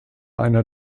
einer